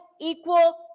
equal